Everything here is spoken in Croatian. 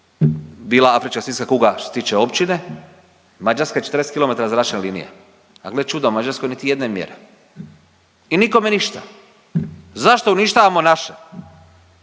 bila afrička svinjska kuga što se tiče općine Mađarska je 40 km zračne linije, a gle čuda u Mađarskoj niti jedne mjere i nikome ništa. Zašto uništavamo naše?